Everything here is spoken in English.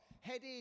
headed